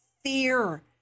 fear